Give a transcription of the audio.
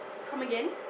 come again